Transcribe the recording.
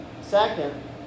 Second